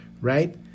right